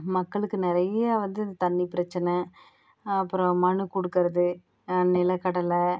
மக்களுக்கு நிறையா வந்து தண்ணி பிரச்சனை அப்புறம் மனு கொடுக்கறது நிலக்கடலை